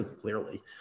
clearly